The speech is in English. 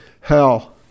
hell